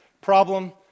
problem